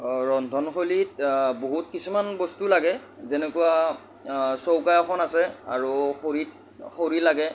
অঁ ৰন্ধনশৈলীত বহুত কিছুমান বস্তু লাগে যেনেকুৱা চৌকা এখন আছে আৰু খৰিত খৰি লাগে